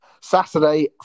Saturday